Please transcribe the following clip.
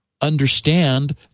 understand